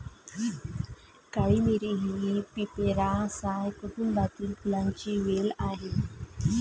काळी मिरी ही पिपेरासाए कुटुंबातील फुलांची वेल आहे